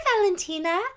Valentina